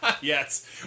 Yes